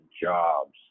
jobs